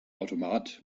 automat